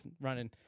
running